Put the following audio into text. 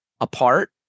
apart